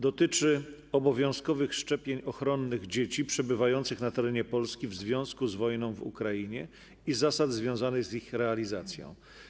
Dotyczy obowiązkowych szczepień ochronnych dzieci przebywających na terenie Polski w związku z wojną w Ukrainie i zasad związanych z ich realizacją.